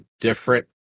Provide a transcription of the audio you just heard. different